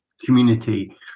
community